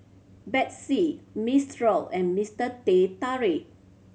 Betsy Mistral and Mister Teh Tarik